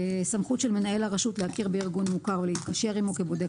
סמכות של מנהל הרשות להכיר בארגון מוכר או להתקשר עמו כבודק